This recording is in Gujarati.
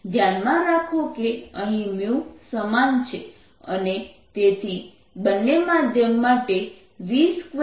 ધ્યાનમાં રાખો કે અહીં સમાન છે અને તેથી બંને માધ્યમ માટે v2 10 થશે